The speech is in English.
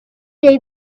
day